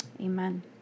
amen